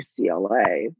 ucla